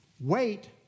Wait